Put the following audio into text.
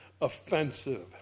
offensive